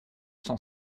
cent